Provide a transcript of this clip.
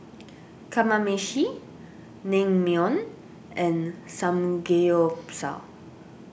Kamameshi Naengmyeon and Samgeyopsal